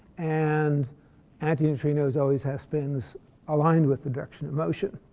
and anti-neutrinos always have spins aligned with the direction of motion.